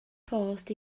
post